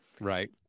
Right